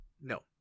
No